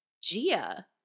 Gia